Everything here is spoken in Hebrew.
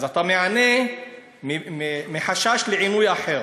אז אתה מענה מחשש לעינוי אחר,